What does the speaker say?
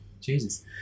jesus